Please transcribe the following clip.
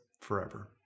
forever